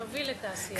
נוביל את העשייה.